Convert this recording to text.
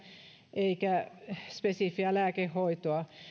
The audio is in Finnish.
eikä spesifiä lääkehoitoa